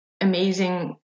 amazing